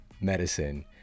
medicine